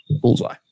bullseye